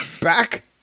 back